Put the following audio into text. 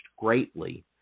greatly